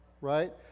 right